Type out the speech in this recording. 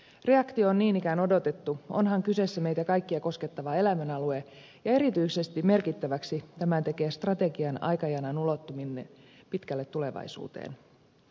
reaktio on niin ikään odotettu onhan kyseessä meitä kaikkia koskettava elämänalue ja erityisen merkittäväksi tämän tekee strategian aikajanan ulottuminen pitkälle tulevaisuuteen